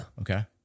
okay